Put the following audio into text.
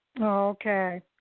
Okay